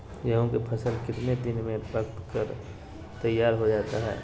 गेंहू के फसल कितने दिन में पक कर तैयार हो जाता है